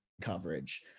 Coverage